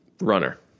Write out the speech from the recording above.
runner